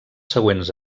següents